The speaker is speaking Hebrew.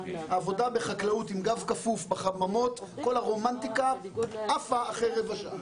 עבודה בחקלאות עם גב כפוף בחממות כל הרומנטיקה עפה אחרי רבע שעה.